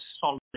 solid